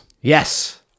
yes